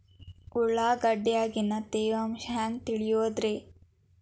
ಉಳ್ಳಾಗಡ್ಯಾಗಿನ ತೇವಾಂಶ ಹ್ಯಾಂಗ್ ತಿಳಿಯೋದ್ರೇ?